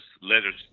letters